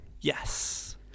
Yes